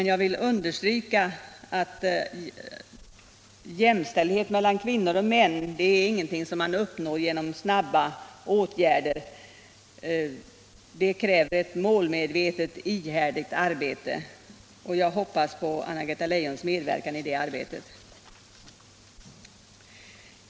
Jag vill understryka att jämställdhet mellan kvinnor och män inte är någonting som man uppnår genom snabba åtgärder. För det krävs ett målmedvetet och ihärdigt arbete, som jag hoppas att Anna-Greta Leijon kommer att medverka i.